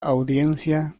audiencia